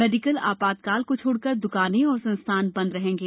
medical आपातकाल को छोड़कर दुकानें और संस्थान बन्द रहेंगे